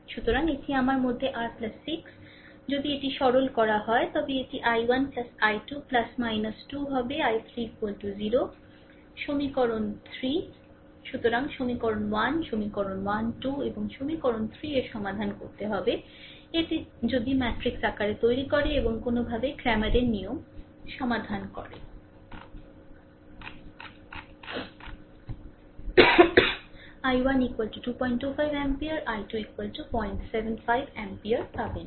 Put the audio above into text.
সুতরাং এটি আমার মধ্যে r6 যদি এটি সরল করা হয় তবে এটি I1 I2 2 হবে I3 0 এটি সমীকরণ 3 সুতরাং সমীকরণ 1 সমীকরণ 1 2 এবং সমীকরণ 3 এর সমাধান করতে হবে যদি এটি ম্যাট্রিক্স আকারে তৈরি করে এবং কোনওভাবে ক্র্যামারের নিয়ম সমাধান করে I1 225 অ্যাম্পিয়ার I2 075 অ্যাম্পিয়ার পাবেন